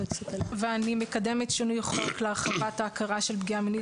ואני מקדמת שינוי חוק להרחבת ההכרה של פגיעה מינית